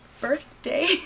birthday